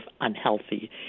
unhealthy